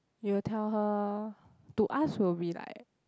we will tell her to us will be like